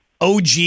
OG